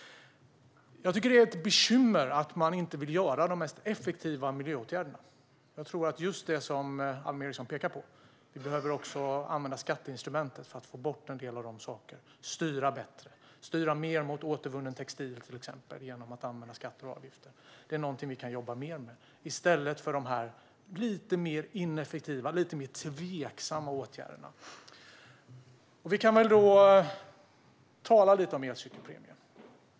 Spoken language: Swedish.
Jag tycker att det är ett bekymmer att man inte vill göra de mest effektiva miljöåtgärderna. Jag tror liksom Alm Ericson att vi behöver använda skatteinstrumentet, med skatter och avgifter, för att få bort en del av de sakerna och styra bättre mot till exempel återvunnen textil. Det är någonting som vi kan jobba mer med i stället för de här lite mer ineffektiva, lite mer tveksamma åtgärderna. Vi kan väl tala lite om elcykelpremien.